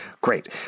Great